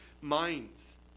minds